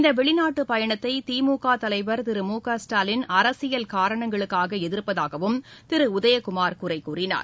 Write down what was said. இந்த வெளிநாட்டு பயணத்தை திமுக தலைவர் திரு மு க ஸ்டாலின் அரசியல் காரணங்களுக்காக எதிர்ப்பதாகவும் திரு உதயகுமார் குறை கூறினார்